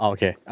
Okay